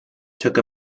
took